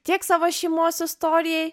tiek savo šeimos istorijai